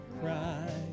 cry